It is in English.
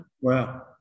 Wow